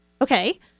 Okay